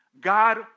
God